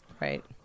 Right